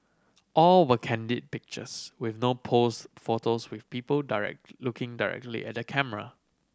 all were candid pictures with no pose photos with people looking directly at the camera